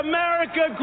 America